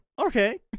Okay